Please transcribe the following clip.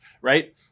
right